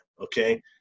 Okay